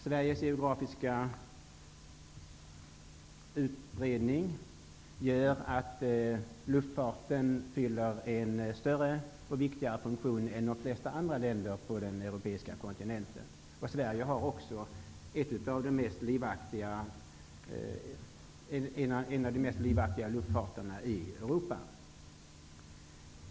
Sveriges geografiska utbredning gör att luftfarten fyller en större och viktigare funktion än i de flesta andra länder på den europeiska kontinenten. Sverige har också en av de mest livaktiga luftfarterna i Europa.